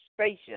station